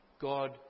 God